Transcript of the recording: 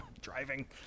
Driving